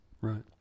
right